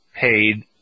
paid